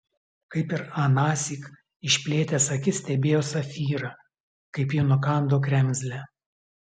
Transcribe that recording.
kaip ir anąsyk išplėtęs akis stebėjo safyrą kaip ji nukando kremzlę